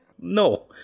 No